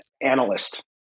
analyst